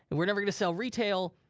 we're never gonna sell retail.